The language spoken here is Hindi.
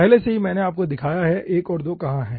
पहले से ही मैंने आपको दिखाया है 1 और 2 कहाँ है